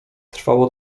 trwało